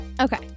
Okay